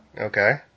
Okay